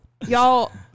Y'all